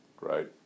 right